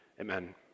amen